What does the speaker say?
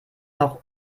noch